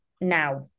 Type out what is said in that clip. now